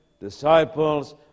disciples